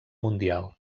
mundial